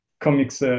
comics